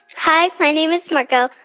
hi. my name is margot.